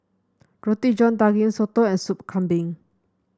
Roti John Daging soto and Sup Kambing